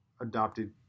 adopted